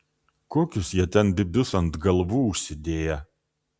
kokius jie ten bybius ant galvų užsidėję